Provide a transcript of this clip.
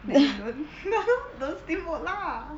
then you don't don't steamboat lah